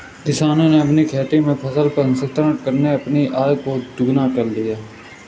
किसानों ने अपनी खेती में फसल प्रसंस्करण करके अपनी आय को दुगना कर लिया है